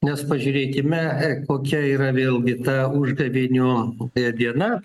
nes pažiūrėkime kokia yra vėlgi ta užgavėnių diena